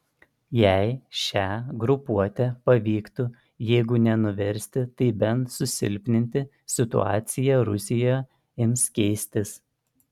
jei šią grupuotę pavyktų jeigu ne nuversti tai bent susilpninti situacija rusijoje ims keistis